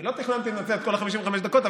אני לא תכננתי לנצל את כל ה-55 דקות,